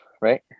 right